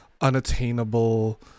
unattainable